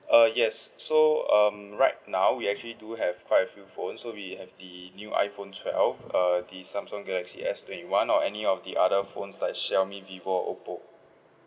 uh yes so um right now we actually do have quite a few phones so we have the new iPhone twelve uh the Samsung galaxy S twenty one or any of the other phones like Xiaomi Vivo OPPO